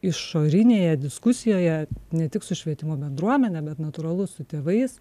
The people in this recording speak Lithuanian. išorinėje diskusijoje ne tik su švietimo bendruomene bet natūralu su tėvais